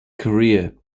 career